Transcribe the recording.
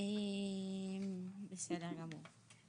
בסדר גמור.